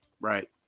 Right